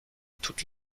toute